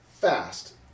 fast